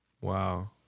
Wow